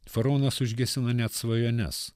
faraonas užgesina net svajones